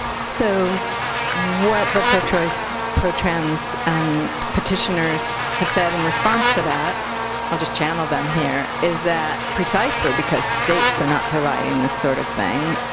so what the pro-choice, pro-trans petitioners have said in response to that i'll just channel them here is that precisely because states are not providing the sort of thing,